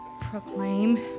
proclaim